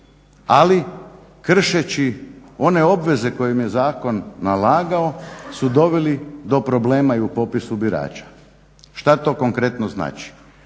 ali kršeći one obveze koje ime je zakon nalagao su doveli do problema i u popisu birača. Šta to konkretno znači?